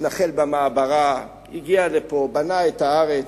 התנחל במעברה, הגיע לפה, בנה את הארץ.